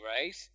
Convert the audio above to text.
right